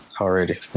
already